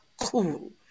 cool